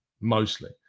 mostly